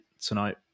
tonight